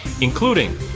including